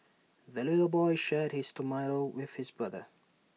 the little boy shared his tomato with his brother